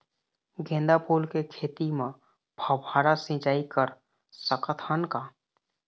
गेंदा फूल के खेती म फव्वारा सिचाई कर सकत हन का?